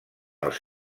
els